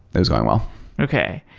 it was going well okay.